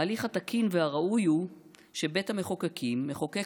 ההליך התקין והראוי הוא שבית המחוקקים מחוקק